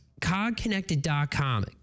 CogConnected.com